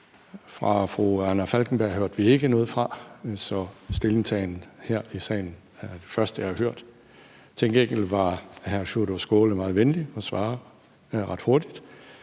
Fru Anna Falkenberg hørte vi ikke noget fra, så hendes stillingtagen her i salen er det første, jeg har hørt fra hende. Til gengæld var hr. Sjúrður Skaale meget venlig at svare ret hurtigt,